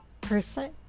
person